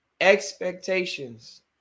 expectations